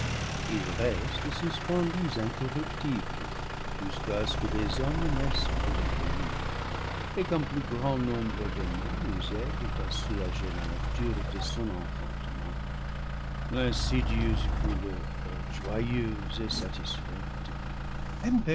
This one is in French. ils restent suspendus incorruptibles jusqu'à ce que les hommes naissent pour les cueillir et qu'un plus grand nombre de mains nous aident à soulager la nature de son enfantement l'insidieuse couleuvre joyeuse et satisfaite